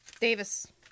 Davis